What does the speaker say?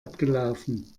abgelaufen